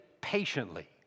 patiently